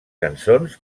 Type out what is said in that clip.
cançons